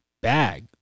bag